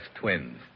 twins